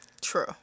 True